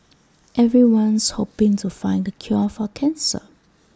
everyone's hoping to find the cure for cancer